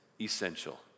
essential